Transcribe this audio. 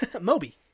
Moby